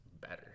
better